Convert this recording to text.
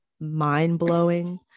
mind-blowing